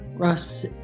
Russ